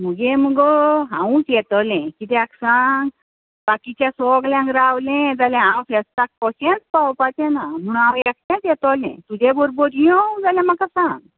मुगे मगो हांवूच येतोले किद्याक सांग बाकीच्यांक सोगल्यांक रावलें जाल्यार हांव फेस्ताक कोशेंच पावपाचें ना म्हुण हांव एकंटेच येतोले तुजे बरोबर येंव जाल्यार म्हाका सांग